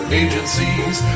agencies